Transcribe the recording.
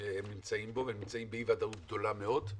שהם נמצאים בו, והם נמצאים באי ודאות גדולה מאוד,